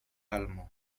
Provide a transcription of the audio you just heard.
allemand